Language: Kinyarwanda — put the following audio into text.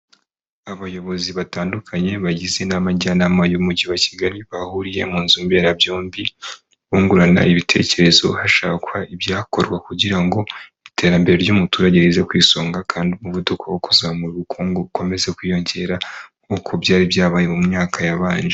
Abayobozi batandukanye bagize Inama Njyanama y'umujyi wa Kigali, bahuriye mu nzu mberabyombi, bungurana ibitekerezo hashakwa ibyakorwa kugira ngo iterambere ry'umuturage rize ku isonga kandi umuvuduko wo kuzamura ubukungu ukomeze kwiyongera nk'uko byari byabaye mu myaka yabanje .